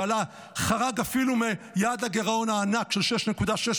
שחרג אפילו מיעד הגירעון הענק של %6.6,